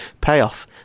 payoff